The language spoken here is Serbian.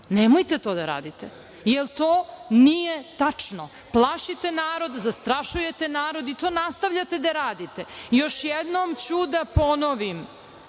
Nemojte to da radite, jer to nije tačno. Plašite narod, zastrašujete narod i to nastavljate da radite. Još jednom ću da ponovim,